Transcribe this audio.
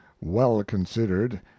well-considered